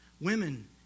Women